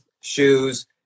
shoes